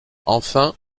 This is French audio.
enfin